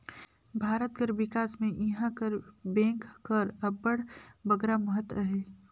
भारत कर बिकास में इहां कर बेंक कर अब्बड़ बगरा महत अहे